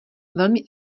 velmi